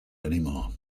anymore